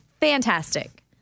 fantastic